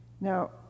Now